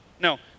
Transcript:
No